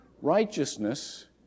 Righteousness